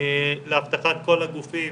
לאבטחת כל הגופים